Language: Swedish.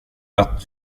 att